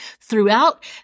throughout